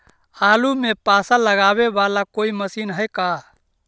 आलू मे पासा लगाबे बाला कोइ मशीन है का?